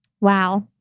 Wow